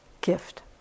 gift